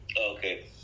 Okay